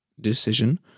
decision